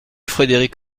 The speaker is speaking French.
frédéric